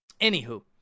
anywho